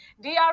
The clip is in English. DR